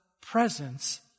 presence